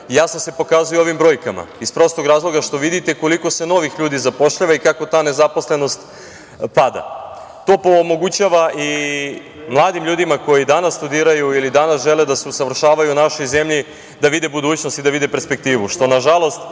jasno se pokazuje ovim brojkama, iz prostog razloga što vidite koliko se novih ljudi zapošljava i kako ta nezaposlenost pada. To omogućava i mladim ljudima koji danas studiraju ili danas žele da se usavršavaju u našoj zemlji da vide budućnost i da vide perspektivu, što, nažalost,